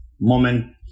moment